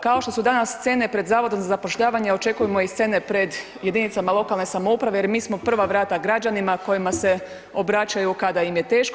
Kao što su danas scene pred Zavodom za zapošljavanje očekujemo i scene pred jedinicama lokalne samouprave jer mi smo prva vrata građanima kojima se obraćaju kada im je teško.